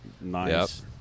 Nice